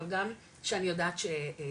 אבל גם שאני יודעת שמתרוצצות.